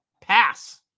Pass